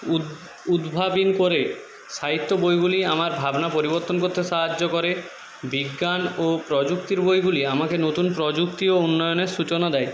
উদ্ভাবন করে সাহিত্য বইগুলি আমার ভাবনা পরিবর্তন করতে সাহায্য করে বিজ্ঞান ও প্রযুক্তির বইগুলি আমাকে নতুন প্রযুক্তি ও উন্নয়নের সূচনা দেয়